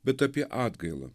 bet apie atgailą